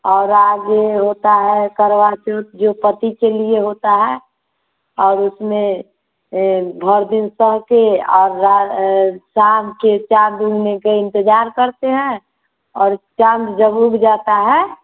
और आगे होता है करवा चौथ जो पति के लिए होता है और उसमें दिन सह के और रा शाम के चाँद का इंतज़ार करते हैं और चाँद जब उग जाता है